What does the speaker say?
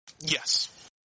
yes